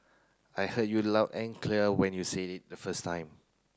I heard you loud and clear when you said it the first time